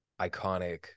iconic